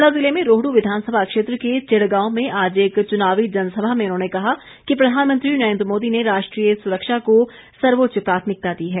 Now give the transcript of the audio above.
शिमला जिले में रोहडू विधानसभा क्षेत्र के चिड़गांव में आज एक चुनावी जनसभा में उन्होंने कहा कि प्रधानमंत्री नरेन्द्र मोदी ने राष्ट्रीय सुरक्षा को सर्वोच्च प्राथमिकता दी है